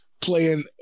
playing